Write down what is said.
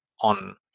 on